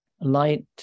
light